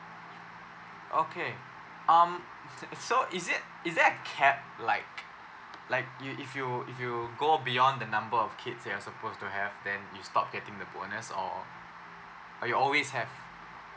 okay um s~ so is it is that capped like like you if you if you go beyond the number of kids you're supposed to have then you stop getting the bonus or or you always have